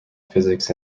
physics